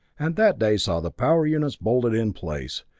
and that day saw the power units bolted in place,